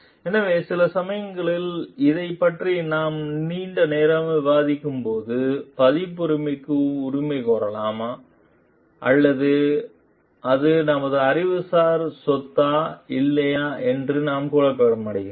எனவே சில சமயங்களில் இதைப் பற்றி நாம் நீண்ட நேரம் விவாதிக்கும்போது பதிப்புரிமைக்கு உரிமை கோரலாமா அல்லது அது நமது அறிவுசார் சொத்தா இல்லையா என்று நாம் குழப்பமடைகிறோம்